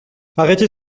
arrêtez